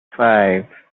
five